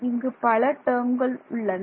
இங்கு பல டேர்ம்கள் உள்ளன